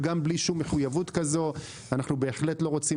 גם ללא מחויבות שכזו אנחנו בהחלט לא רוצים